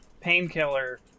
painkiller